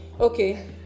okay